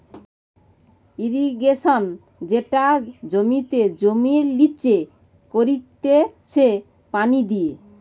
irrigation যেটা মাটিতে জমির লিচে করতিছে পানি দিয়ে